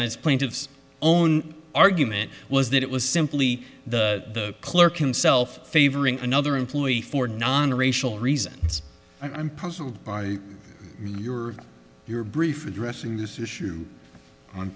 is plaintiff's own argument was that it was simply the clerk himself favoring another employee for non racial reasons i'm puzzled by your your brief addressing this issue on